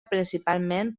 principalment